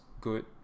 good